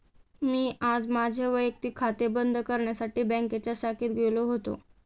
मी आज माझे वैयक्तिक खाते बंद करण्यासाठी बँकेच्या शाखेत गेलो होतो